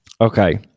Okay